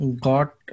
got